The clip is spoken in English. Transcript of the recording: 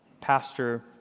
pastor